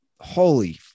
Holy